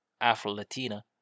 afro-latina